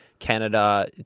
Canada